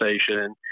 station